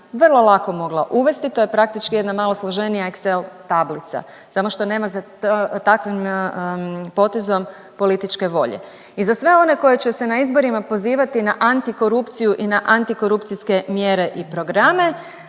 vrlo lako mogla uvesti. To je praktički jedna malo složenija excel tablica samo što nema za takvim potezom političke volje. I za sve one koji će se na izborima pozivati na antikorupciju i na antikorupcijske mjere i programe